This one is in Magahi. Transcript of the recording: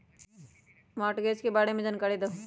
मॉर्टगेज के बारे में जानकारी देहु?